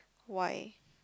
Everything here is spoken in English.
why